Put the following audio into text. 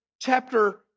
chapter